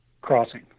crossing